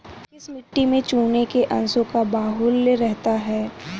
किस मिट्टी में चूने के अंशों का बाहुल्य रहता है?